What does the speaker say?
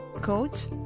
coach